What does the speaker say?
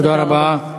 תודה רבה.